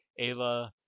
Ayla